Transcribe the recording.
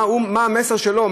מה המסר אליו,